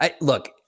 look